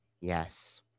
Yes